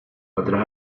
otras